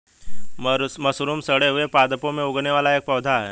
mushroom सड़े हुए पादपों में उगने वाला एक पौधा है